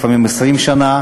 לפעמים 20 שנה,